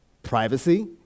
Privacy